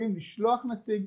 אנחנו יכולים לשלוח נציג.